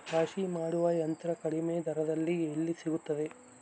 ರಾಶಿ ಮಾಡುವ ಯಂತ್ರ ಕಡಿಮೆ ದರದಲ್ಲಿ ಎಲ್ಲಿ ಸಿಗುತ್ತದೆ?